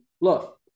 look